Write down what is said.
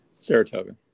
Saratoga